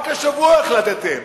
רק השבוע החלטתם.